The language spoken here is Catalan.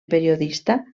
periodista